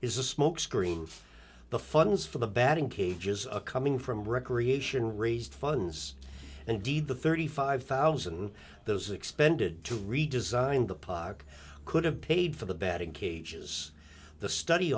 is a smokescreen for the funds for the batting cages a coming from recreation raised funds and indeed the thirty five thousand those expended to redesign the park could have paid for the batting cages the study